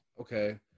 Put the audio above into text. Okay